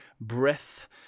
breath